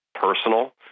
personal